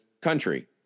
country